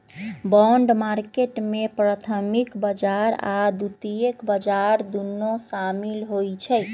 bond market में प्राथमिक बजार आऽ द्वितीयक बजार दुन्नो सामिल होइ छइ